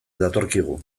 datorkigu